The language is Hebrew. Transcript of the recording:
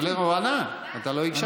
הוא ענה, אתה לא הקשבת.